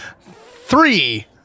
Three